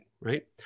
right